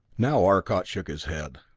now arcot shook his head.